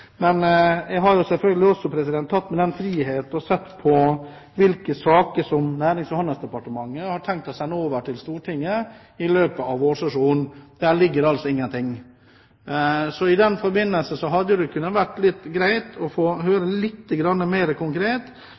men jeg har selvfølgelig også tatt meg den frihet og sett på hvilke saker som Nærings- og handelsdepartementet har tenkt å sende over til Stortinget i løpet av vårsesjonen. Der ligger det ingen ting. I den forbindelse hadde det vært greit å få høre litt mer konkret